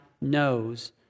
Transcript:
knows